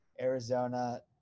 Arizona